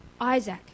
Isaac